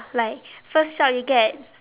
like first job you get